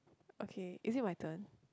okay is it my turn